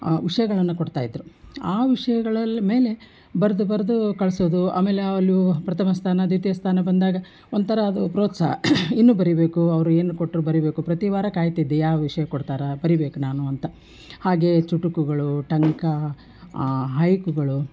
ವಿಷಯಗಳನ್ನು ಕೊಡ್ತಾಯಿದ್ದರು ಆ ವಿಷಯಗಳಲ್ಲಿ ಮೇಲೆ ಬರೆದು ಬರೆದು ಕಳಿಸೋದು ಆಮೇಲೆ ಆಲು ಪ್ರಥಮ ಸ್ಥಾನ ದ್ವಿತೀಯ ಸ್ಥಾನ ಬಂದಾಗ ಒಂಥರ ಅದು ಪ್ರೋತ್ಸಾಹ ಇನ್ನೂ ಬರಿಬೇಕು ಅವರು ಏನು ಕೊಟ್ಟರೂ ಬರಿಬೇಕು ಪ್ರತಿವಾರ ಕಾಯ್ತಿದ್ದೆ ಯಾವ ವಿಷಯ ಕೊಡ್ತಾರೆ ಬರಿಬೇಕು ನಾನು ವಾಟ್ಸ್ಆ್ಯಪ್ ಅಂತ ಹಾಗೆಯೇ ಚುಟುಕುಗಳು ಟಂಕಾ ಹಯ್ಕುಗಳು